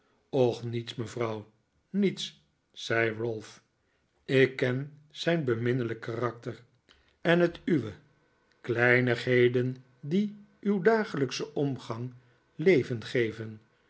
och niets mevrouw niets zei ralph ik ken zijn beminnelijke karakter en het uwe kleinigheden die uw dagelijkschen omgang leven geven